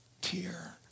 tear